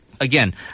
Again